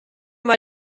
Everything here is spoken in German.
mal